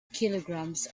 kilograms